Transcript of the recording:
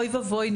אוי ואבוי,